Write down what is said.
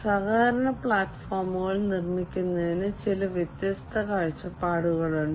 സഹകരണ പ്ലാറ്റ്ഫോമുകൾ നിർമ്മിക്കുന്നതിന് ചില വ്യത്യസ്ത കാഴ്ചപ്പാടുകളുണ്ട്